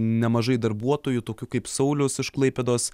nemažai darbuotojų tokių kaip sauliaus iš klaipėdos